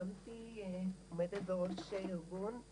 הקמתי ואני עומדת בראש ארגון,